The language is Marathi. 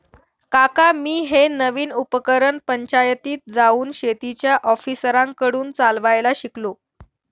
काका मी हे नवीन उपकरण पंचायतीत जाऊन शेतीच्या ऑफिसरांकडून चालवायला शिकलो